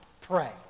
pray